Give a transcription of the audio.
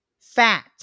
Fat